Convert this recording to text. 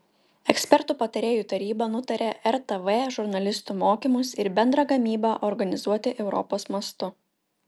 ekspertų patarėjų taryba nutarė rtv žurnalistų mokymus ir bendrą gamybą organizuoti europos mastu